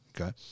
okay